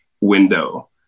window